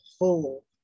whole